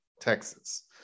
Texas